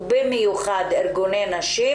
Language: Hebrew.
ובמיוחד ארגוני נשים,